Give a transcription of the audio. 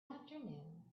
afternoon